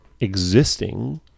existing